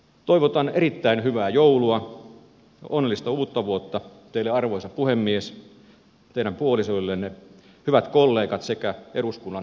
toivotan erittäin hyvää joulua ja onnellista uutta vuotta teille arvoisa puhemies teidän puolisoillenne hyvät kollegat sekä eduskunnan henkilöstö